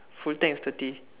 full tank is thirty